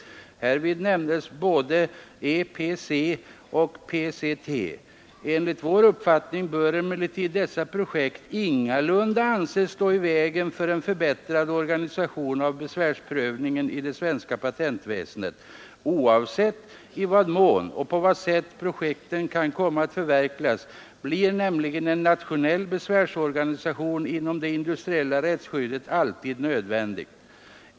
Härvid nämndes både EPC och PCT. Enligt vår uppfattning bör emellertid dessa projekt ingalunda anses stå i vägen för en förbättrad organisation av besvärsprövningen i det svenska patentväsendet. Oavsett i vad mån och på vad sätt projekten kan komma att förverkligas blir nämligen en nationell besvärsorganisation inom det industriella rättsskyddet alltid nödvändig.